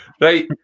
Right